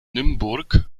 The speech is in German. nymburk